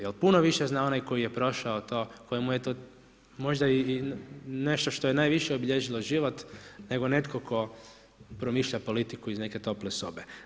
Jer puno više zna onaj koji je prošao to, kojemu je to možda nešto što je najviše obilježilo život, nego netko tko promišlja politiku iz neke tople sobe.